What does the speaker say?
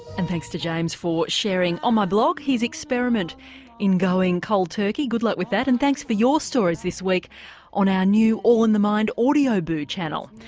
and thanks to james for sharing on my blog his experiment in going cold turkey good luck with that. and thanks for your stories this week on our new all in the mind audioboo channel,